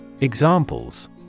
Examples